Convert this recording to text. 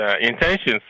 intentions